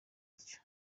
ityo